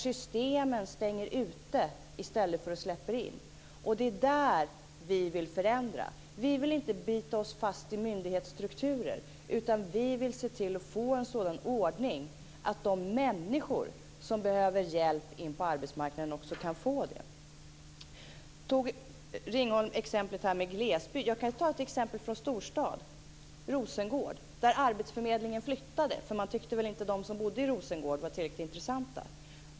Systemen stänger ute i stället för att släppa in. Det är där som vi vill förändra. Vi vill inte bita oss fast i myndighetsstrukturer, utan vi vill se till att det blir en sådan ordning att de människor som behöver hjälp för att komma in på arbetsmarknaden också kan få det. Ringholm exemplifierade med glesbygden. Jag kan ta ett storstadsexempel och nämna Rosengård, där arbetsförmedlingen flyttade. Man tyckte väl inte att de som bodde i Rosengård var tillräckligt intressanta.